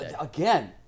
again